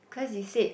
cause you said